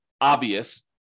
obvious